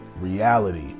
reality